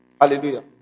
Hallelujah